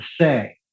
say